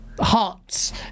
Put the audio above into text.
hearts